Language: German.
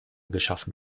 geschaffen